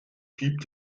gibt